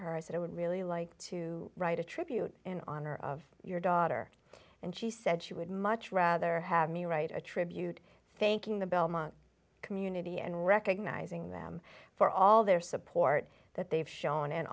her i said i would really like to write a tribute in honor of your daughter and she said she would much rather have me write a tribute thanking the belmont community and recognizing them for all their support that they've shown and